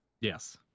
Yes